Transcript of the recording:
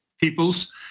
peoples